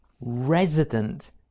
resident